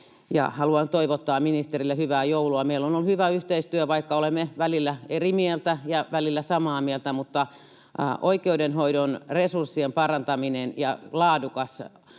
haluan toivottaa ministerille hyvää joulua. Meillä on ollut hyvä yhteistyö, vaikka olemme välillä eri mieltä ja välillä samaa mieltä, mutta oikeudenhoidon resurssien parantaminen ja laadukas